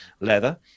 leather